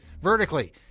vertically